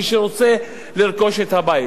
מי שרוצה לרכוש את הבית.